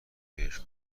بهش